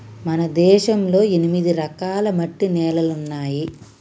మన దేశంలో ఎనిమిది రకాల మట్టి నేలలున్నాయి